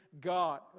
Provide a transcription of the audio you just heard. God